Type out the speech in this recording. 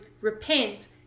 repent